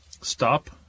stop